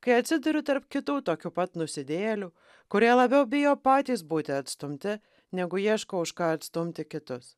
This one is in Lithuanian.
kai atsiduriu tarp kitų tokių pat nusidėjėlių kurie labiau bijo patys būti atstumti negu ieško už ką atstumti kitus